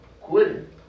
Quitting